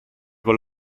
con